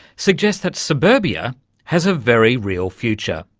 suggests that suburbia has a very real future.